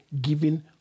giving